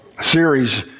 series